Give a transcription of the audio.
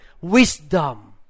wisdom